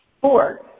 Four